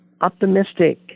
optimistic